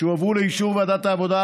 שהועברו לאישור ועדת העבודה,